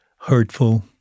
hurtful